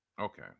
okay